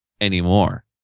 anymore